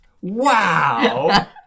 Wow